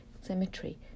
cemetery